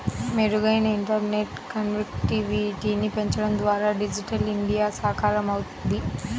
మెరుగైన ఇంటర్నెట్ కనెక్టివిటీని పెంచడం ద్వారా డిజిటల్ ఇండియా సాకారమవుద్ది